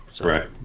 Right